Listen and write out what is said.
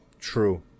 True